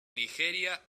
nigeria